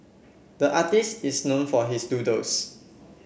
the artist is known for his doodles